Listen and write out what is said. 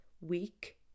week